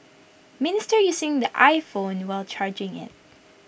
minister using the iPhone while charging IT